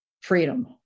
freedom